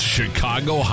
Chicago